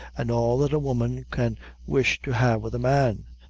and all that a woman can wish to have with a man.